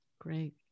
Great